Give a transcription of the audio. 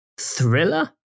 thriller